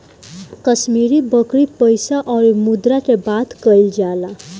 कश्मीरी बकरी पइसा अउरी मुद्रा के बात कइल जाला